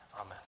Amen